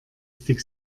stick